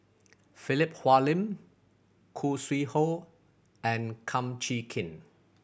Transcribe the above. Philip Hoalim Khoo Sui Hoe and Kum Chee Kin